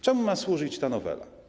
Czemu ma służyć ta nowela?